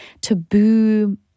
taboo